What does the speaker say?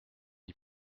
est